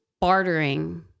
bartering